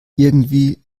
irgendwie